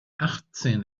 achtzehn